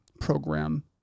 program